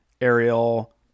Ariel